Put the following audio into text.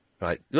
Right